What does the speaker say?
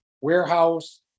warehouse